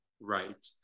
right